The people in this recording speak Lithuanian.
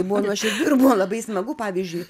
buvo nuoširdu ir buvo labai smagu pavyzdžiui